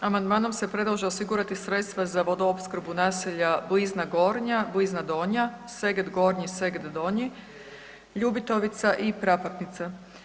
Amandmanom se predlaže osigurati sredstva za vodoopskrbu naselja Blizna Gornja, Blizna Donja, Seget Gornji i Seget Donji, Ljubitovica i Prapatnica.